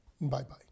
bye-bye